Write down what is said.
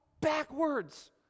backwards